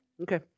Okay